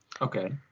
Okay